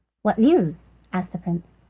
what news? asked the prince.